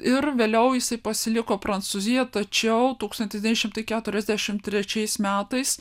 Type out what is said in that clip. ir vėliau jisai pasiliko prancūzijoje tačiau tūkstantis devyni šimtai keturiasdešimt trečiais metais